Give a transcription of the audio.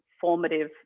formative